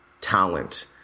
talent